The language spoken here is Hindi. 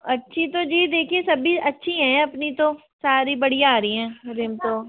अच्छी तो जी देखिए सभी अच्छी हैं अपनी तो सारी बढ़िया आ रही है रिम तो